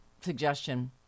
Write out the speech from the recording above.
suggestion